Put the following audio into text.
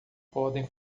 podem